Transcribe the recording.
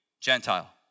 Gentile